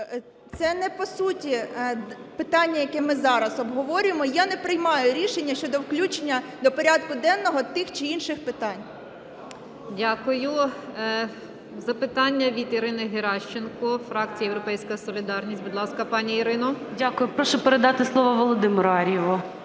Це не по суті питання, яке ми зараз обговорюємо. Я не приймаю рішення щодо включення до порядку денного тих чи інших питань. ГОЛОВУЮЧА. Дякую. Запитання від Ірини Геращенко, фракція "Європейська солідарність". Будь ласка, пані Ірино. 14:08:05 ГЕРАЩЕНКО І.В. Дякую. Прошу передати слово Володимиру Ар'єву.